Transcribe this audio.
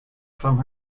from